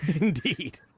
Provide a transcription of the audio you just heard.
Indeed